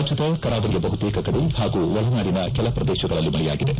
ರಾಜ್ಜದ ಕರಾವಳಿಯ ಬಹುತೇಕ ಕಡೆ ಹಾಗೂ ಒಳನಾಡಿನ ಕೆಲ ಪ್ರದೇಶಗಳಲ್ಲಿ ಮಳೆಯಾಗಿದೆ